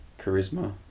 charisma